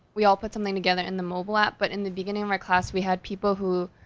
we all put something together in the mobile app, but in the beginning of my class, we had people who,